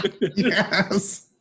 Yes